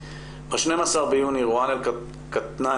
ב-12 ביוני רואן אל כתנאני,